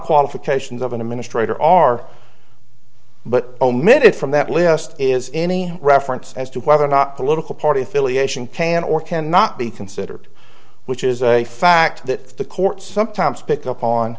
qualifications of an administrator are but omitted from that list is any reference as to whether or not political party affiliation can or cannot be considered which is a fact that the courts sometimes pick up on